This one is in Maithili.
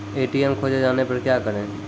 ए.टी.एम खोजे जाने पर क्या करें?